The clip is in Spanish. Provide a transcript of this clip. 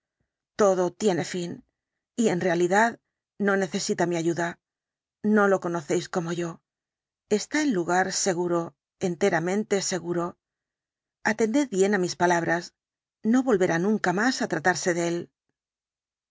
todo tiene fin y en realidad no necesita mi ayuda no lo conocéis como yo está en lugar seguro enteramente seguro atended bien á mis palabras no volverá nunca más á tratarse de él